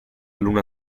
luna